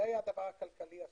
זה היה הדבר הכלכלי הסביר.